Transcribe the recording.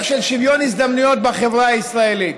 של שוויון ההזדמנויות בחברה הישראלית.